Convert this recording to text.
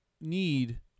need